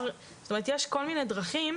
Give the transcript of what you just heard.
זאת אומרת, יש כל מיני דרכים,